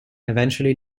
eventually